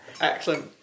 Excellent